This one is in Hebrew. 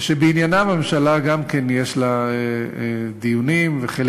גם אותם צריך כבר